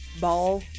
ball